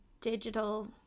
digital